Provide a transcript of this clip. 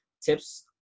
Tips